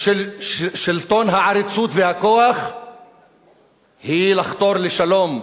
של שלטון העריצות והכוח היא לחתור לשלום,